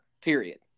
period